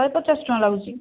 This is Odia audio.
ଶହେ ପଚାଶ ଟଙ୍କା ଲାଗୁଛି